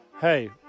hey